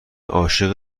عاشق